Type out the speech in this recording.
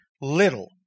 little